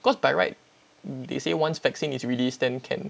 cause by right they say once vaccine is released then can